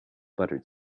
buttered